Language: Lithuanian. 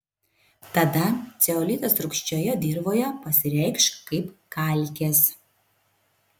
tada ceolitas rūgščioje dirvoje pasireikš kaip kalkės